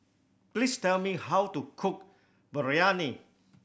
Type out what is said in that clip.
please tell me how to cook Biryani